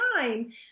time